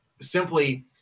simply